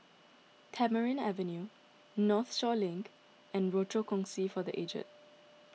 Tamarind Avenue Northshore Link and Rochor Kongsi for the Aged